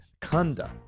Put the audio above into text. Kunda